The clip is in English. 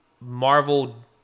Marvel